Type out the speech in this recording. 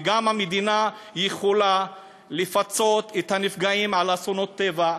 והמדינה יכולה לפצות את הנפגעים גם על אסונות טבע.